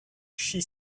she